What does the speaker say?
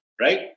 right